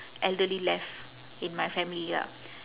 elderly left in my family lah